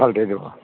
পাল্টেয়ে দিবো